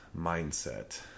mindset